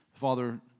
Father